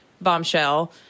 Bombshell